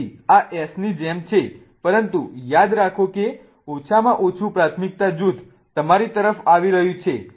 તેથી આ S ની જેમ છે પરંતુ યાદ રાખો કે ઓછામાં ઓછું પ્રાથમિકતા જૂથ તમારી તરફ આવી રહ્યું છે